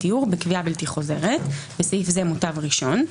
לדיור בקביעה בלתי חוזרת (בסעיף זה מוטב ראשון),